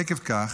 עקב כך,